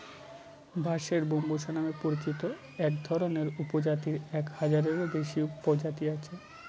বাঁশের ব্যম্বুসা নামে পরিচিত একধরনের উপপ্রজাতির এক হাজারেরও বেশি প্রজাতি আছে